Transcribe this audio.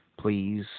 please